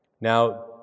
Now